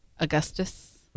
Augustus